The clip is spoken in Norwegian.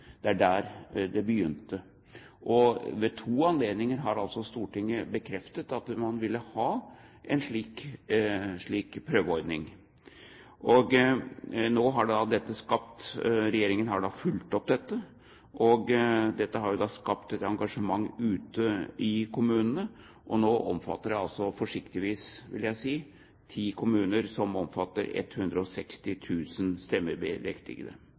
Det er der det begynte. Ved to anledninger har altså Stortinget bekreftet at man ville ha en slik prøveordning. Regjeringen har fulgt opp dette. Dette har jo da skapt et engasjement ute i kommunene, og nå omfatter det altså forsiktigvis, vil jeg si, 10 kommuner, som omfatter